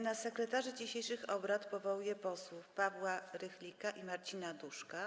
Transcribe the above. Na sekretarzy dzisiejszych obrad powołuję posłów Pawła Rychlika i Marcina Duszka.